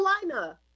Carolina